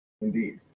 Indeed